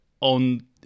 on